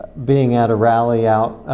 being at a rally out